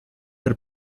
per